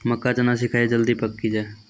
मक्का चना सिखाइए कि जल्दी पक की जय?